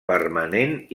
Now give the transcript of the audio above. permanent